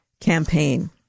campaign